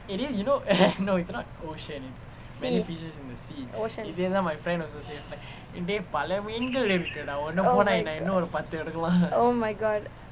sea ocean oh my god oh my god